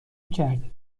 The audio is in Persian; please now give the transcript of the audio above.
کرده